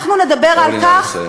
אנחנו נדבר על כך, אורלי, נא לסיים.